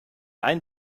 ein